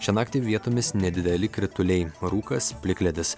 šią naktį vietomis nedideli krituliai rūkas plikledis